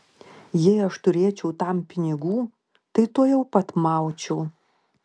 jei aš turėčiau tam pinigų tai tuojau pat maučiau